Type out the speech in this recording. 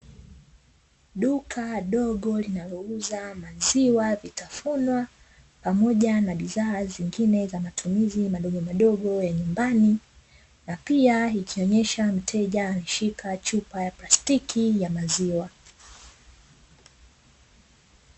Duka dogo linalouza maziwa, vitafunwa pamoja na bidhaa nyingine za matumizi madogomadogo ya nyumbani, napia ikionyesha mteja ameshika chupa ya plastiki ya maziwa.